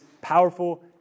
powerful